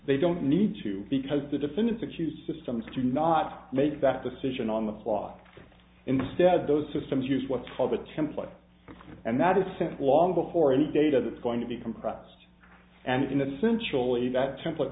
they don't need to because the defendants accuse systems to not make that decision on the plot instead those systems use what's called a template and that is sent long before any data that's going to be compressed and in the central event template